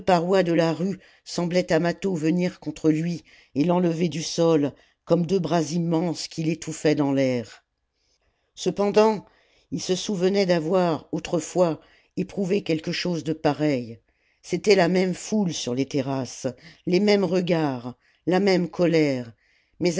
de la rue semblaient à mâtho venir contre lui et l'enlever du sol comme deux bras immenses qui l'étouffaient dans l'air cependant il se souvenait d'avoir autrefois éprouvé quelque chose de pareil c'était la même foule sur les terrasses les mêmes regards la même colère